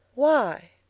why?